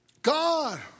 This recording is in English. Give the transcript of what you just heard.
God